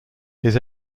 his